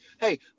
hey